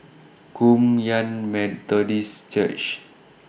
Kum Yan Methodist Church